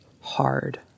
hard